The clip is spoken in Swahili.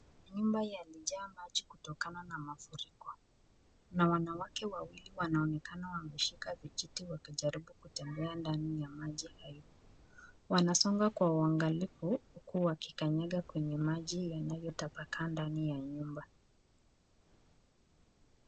Nyumba ilijaa maji kutokana na mafuriko . Wanawake wawili wanaonekana wameshika vijiti wakijaribu kutembea ndani ya maji hayo . Wanasonga kwa kwa ugangalifu huku wakikanyaga kwenye maji yaliyotapakaa kwa nyumba.